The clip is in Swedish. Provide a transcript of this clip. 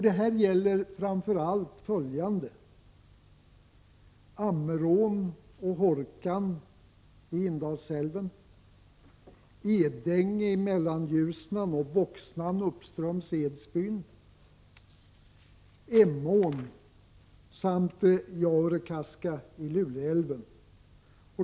Det här gäller framför allt följande områden: Ammerån och Hårkan i Indalsälven, Edänge i Mellanljusnan och Voxnan uppströms Edsbyn, Emån samt Jaurekaska i Luleälven.